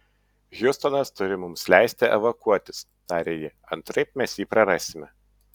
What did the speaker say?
hjustonas turi mums leisti evakuotis tarė ji antraip mes jį prarasime